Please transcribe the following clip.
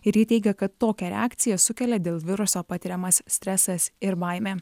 ir ji teigia kad tokią reakciją sukelia dėl viruso patiriamas stresas ir baimė